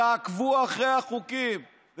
תעקבו אחרי החוקים.